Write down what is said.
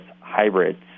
hybrids